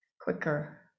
quicker